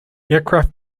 aircraft